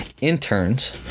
interns